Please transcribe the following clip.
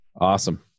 Awesome